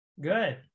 Good